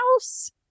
house